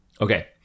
Okay